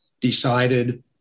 decided